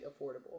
affordable